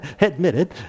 Admitted